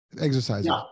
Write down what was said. exercises